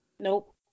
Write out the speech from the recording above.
Nope